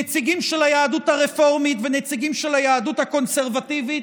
נציגים של היהדות הרפורמית ונציגים של היהדות הקונסרבטיבית,